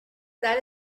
that